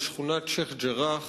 בשכונת שיח'-ג'ראח,